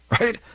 right